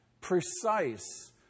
precise